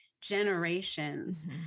generations